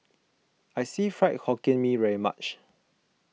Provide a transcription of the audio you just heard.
I see Fried Hokkien Mee very much